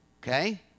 Okay